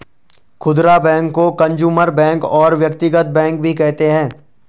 खुदरा बैंक को consumer bank और व्यक्तिगत बैंक भी कहते हैं